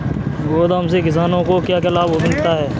गोदाम से किसानों को क्या क्या लाभ मिलता है?